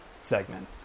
segment